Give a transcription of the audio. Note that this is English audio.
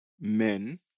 men